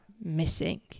missing